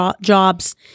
jobs